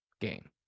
game